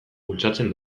bultzatzen